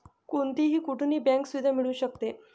कोणीही कुठूनही बँक सुविधा मिळू शकते